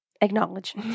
Acknowledge